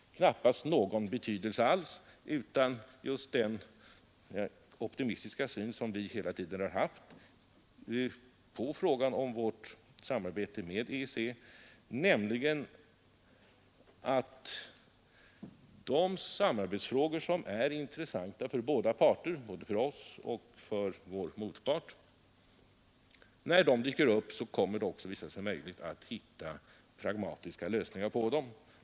Utvecklingen har motsvarat den optimistiska syn som vi hela tiden har haft på frågan om vårt samarbete med EEC: när de samarbetsfrågor dyker upp som är intressanta för båda parter — för oss och för vår motpart — då kommer det också att visa sig möjligt att finna pragmatiska lösningar på dem.